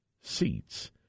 seats